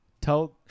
Tell